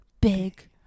big